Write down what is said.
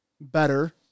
better